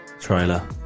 trailer